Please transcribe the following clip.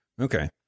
Okay